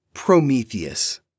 Prometheus